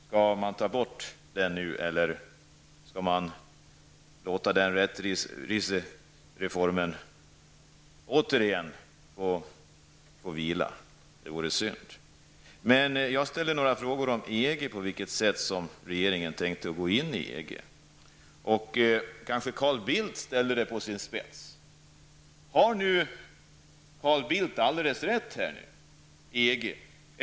Skall man ta bort den nu, eller skall man låta den rättvisereformen få vila återigen? Det vore synd. Jag ställde några frågor om EG och om på vilket sätt regeringen tänkte gå in i EG. Carl Bildt kanske ställde detta på sin spets. Har nu Carl Bildt alldeles rätt när det gäller EG?